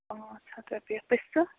پانٛژھ ہَتھ رۄپیہِ پِستہٕ